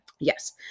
Yes